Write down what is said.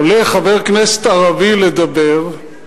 עולה חבר כנסת ערבי לדבר,